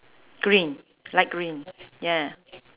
green light green ya